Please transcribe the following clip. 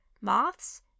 moths